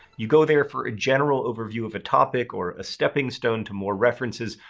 you go there for a general overview of a topic, or a stepping stone to more references,